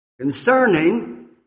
concerning